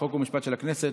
חוק ומשפט של הכנסת,